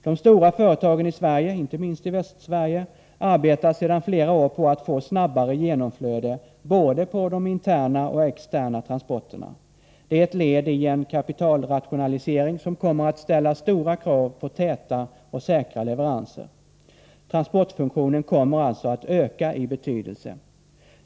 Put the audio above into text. De stora företagen i Sverige, inte minst i Västsverige, arbetar sedan flera år på att få snabbare genomflöde vad gäller både de interna och de externa transporterna. Det är ett led i en kapitalrationalisering, som kommer att ställa stora krav på täta och säkra leveranser. Transportfunktionen kommer alltså att öka i betydelse.